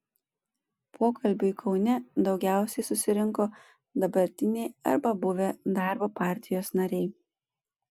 pokalbiui kaune daugiausiai susirinko dabartiniai arba buvę darbo partijos nariai